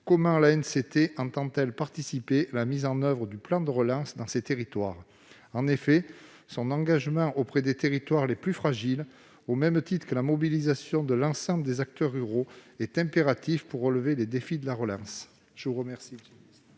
comment l'ANCP entend-elle participer à la mise en oeuvre du plan de relance dans ces territoires ? En effet, son engagement auprès des territoires les plus fragiles, au même titre que la mobilisation de l'ensemble des acteurs ruraux, est impératif pour relever les défis de la relance. La parole